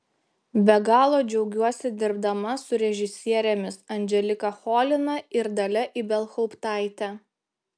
be galo džiaugiuosi dirbdama su režisierėmis anželika cholina ir dalia ibelhauptaite